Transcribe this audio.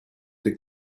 the